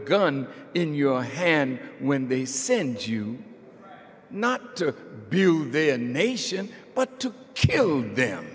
gun in your hand when they send you not to abuse their nation but to killed them